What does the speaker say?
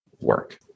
work